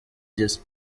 gisa